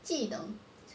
技能